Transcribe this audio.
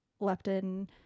leptin